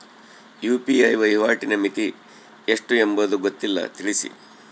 UPI ವಹಿವಾಟಿನ ಮಿತಿ ಎಷ್ಟು ಎಂಬುದು ಗೊತ್ತಿಲ್ಲ? ತಿಳಿಸಿ?